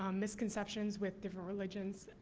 um misconceptions with different religions,